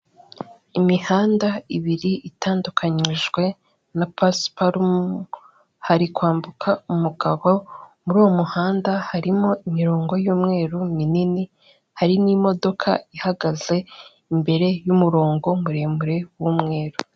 Imihanda ibiri itandukanijwe na pasiparumu hari kwambuka umugabo, muri uwo muhanda harimo imirongo y'umweru minini hari n'imodoka ihagaze imbere y'umurongo muremure w'umweru.